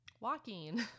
Walking